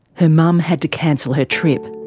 her mum had to cancel her trip.